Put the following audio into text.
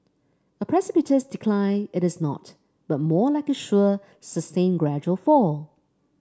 a precipitous decline it is not but more like a sure sustained gradual fall